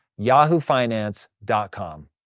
yahoofinance.com